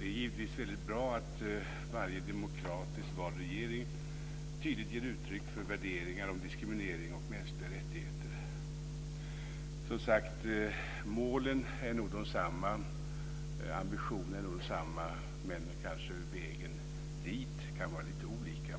Det är givetvis väldigt bra att varje demokratiskt vald regering tydligt ger uttryck för värderingar när det gäller diskriminering och mänskliga rättigheter. Målen är nog, som sagt, desamma, och ambitionen är nog densamma, men vägen dit kan vara lite olika.